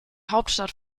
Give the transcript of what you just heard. hauptstadt